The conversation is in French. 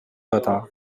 retard